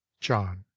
john